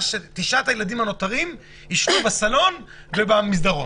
שתשעת הילדים הנותרים יישנו בסלון ובמסדרון.